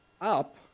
up